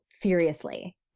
furiously